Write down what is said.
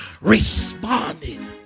responded